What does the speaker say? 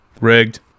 Rigged